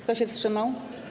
Kto się wstrzymał?